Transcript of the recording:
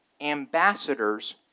ambassadors